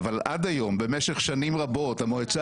אבל עד היום במשך שנים רבות המועצה